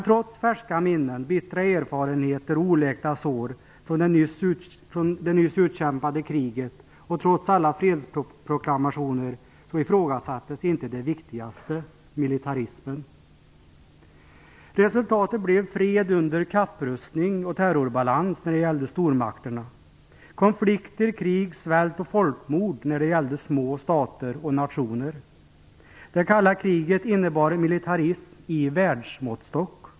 Trots färska minnen, bittra erfarenheter och oläkta sår från det nyss utkämpade kriget och trots alla fredsproklamationer ifrågasattes inte det viktigaste: militarismen. Resultatet blev fred under kapprustning och terrorbalans när det gällde stormakterna samt konflikter, krig, svält och folkmord när det gällde små stater och nationer. Det kalla kriget innebar militarism av världsmåttstock.